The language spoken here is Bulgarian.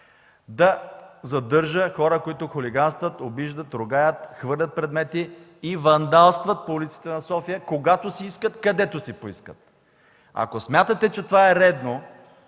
да задържа хора, които хулиганстват, обиждат, ругаят, хвърлят предмети и вандалстват по улиците на София, когато си искат и където си искат?! Ако смятате, че това е редно,